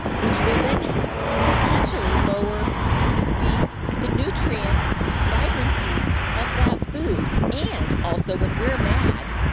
which will then potentially lower the the nutrient vibrancy of that food and also, when we're mad,